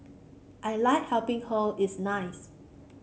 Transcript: I like helping her it's nice